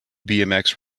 bmx